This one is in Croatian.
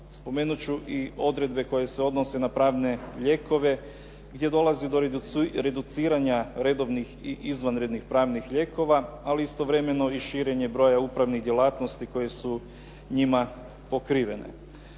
Spomenut ću i odredbe koje se odnose na pravne lijekove gdje dolazi do reduciranja redovnih i izvanrednih pravnih lijekova, ali istovremeno i širenje broja upravnih djelatnosti koji su njima pokrivene.